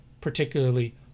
particularly